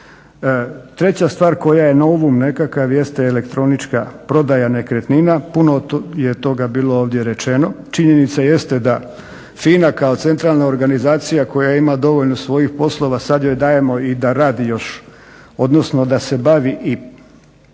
Treća stvar koja je novum nekakav jeste elektronička prodaja nekretnina. Puno je toga bilo ovdje rečeno. Činjenica jest da FINA kao centralna organizacija koja ima dovoljno svojih poslova sad joj dajemo i da radi još, odnosno da se bavi